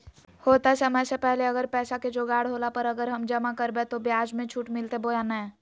होतय समय से पहले अगर पैसा के जोगाड़ होला पर, अगर हम जमा करबय तो, ब्याज मे छुट मिलते बोया नय?